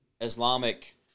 islamic